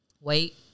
Wait